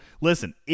Listen